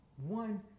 one